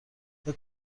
فکر